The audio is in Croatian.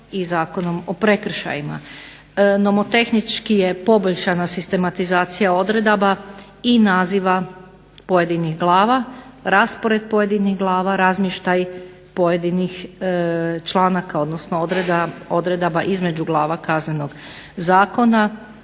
i Zakonom o prekršajima. Nomotehnički je poboljšana sistematizacija odredaba i naziva pojedinih glava, raspored pojedinih glava, razmještaj pojedinih članaka, odnosno odredaba između glava Kaznenog zakona.